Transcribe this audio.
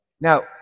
Now